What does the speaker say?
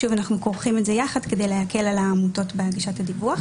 שוב אנחנו כורכים את זה יחד כדי להקל על העמותות בהגשת הדיווח.